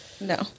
No